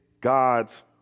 God's